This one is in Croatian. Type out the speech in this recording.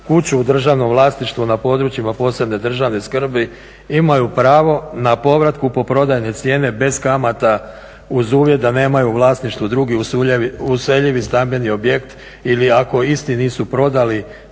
kuću u državnom vlasništvu na područjima posebne državne skrbi, imaju pravo na povrat kupoprodajne cijene bez kamata uz uvjet da nemaju u vlasništvu drugi useljivi stambeni objekt ili ako isti prodali,